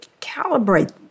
calibrate